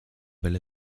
belle